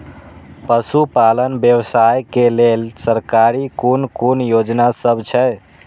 पशु पालन व्यवसाय के लेल सरकारी कुन कुन योजना सब छै?